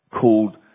called